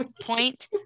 Point